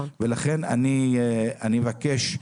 לכן אני מבקש,